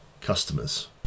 customers